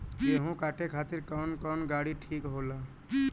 गेहूं काटे खातिर कौन गाड़ी ठीक होला?